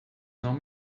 não